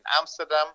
Amsterdam